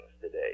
today